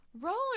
roller